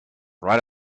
right